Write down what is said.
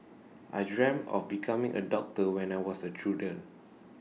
I dreamt of becoming A doctor when I was A children